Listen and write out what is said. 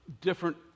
different